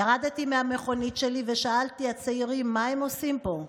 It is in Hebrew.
ירדתי מהמכונית שלי ושאלתי הצעירים מה הם עושים פה.